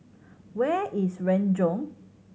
where is Renjong